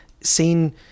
seen